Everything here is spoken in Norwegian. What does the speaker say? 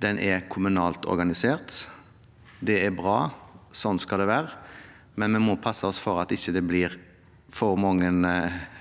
Den er kommunalt organisert. Det er bra. Sånn skal det være. Likevel må vi passe oss for at det ikke blir for mange